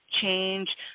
change